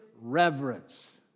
reverence